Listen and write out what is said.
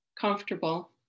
comfortable